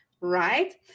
right